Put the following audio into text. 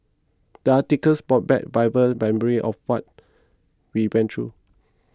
the article brought back vivid memories of what we went through